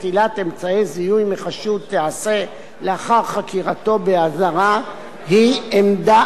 תיעשה לאחר חקירתו באזהרה היא עמדה ראויה ונכונה.